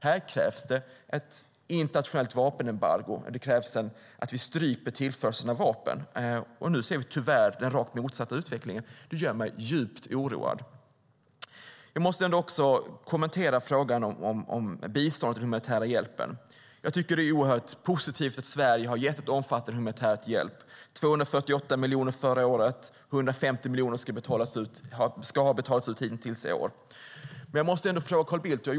Här krävs det ett internationellt vapenembargo. Det krävs att vi stryper tillförseln av vapen. Nu ser vi tyvärr den rakt motsatta utvecklingen. Det gör mig djupt oroad. Jag måste också kommentera frågan om biståndet och den humanitära hjälpen. Jag tycker att det är oerhört positivt att Sverige har gett omfattande humanitär hjälp. Det var fråga om 248 miljoner förra året, och 150 miljoner ska ha betalats ut hittills i år. Men jag måste ändå ställa en fråga till Carl Bildt.